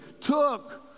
took